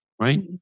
right